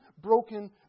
broken